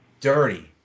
dirty